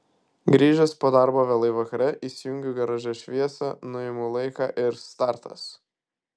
grįžęs po darbo vėlai vakare įsijungiu garaže šviesą nuimu laiką ir startas